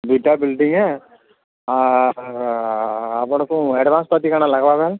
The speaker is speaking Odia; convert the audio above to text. ଦୁଇଟା ବିଲ୍ଡିଙ୍ଗ ଆପଣଙ୍କୁ ଆଡ଼ଭାନ୍ସ ପ୍ରତି କାଣା ଲାଗାବେ